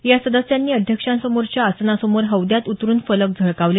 या सदस्यांनी अध्यक्षांसमोरच्या आसनासमोर हौद्यात उतरून फलक झळकावले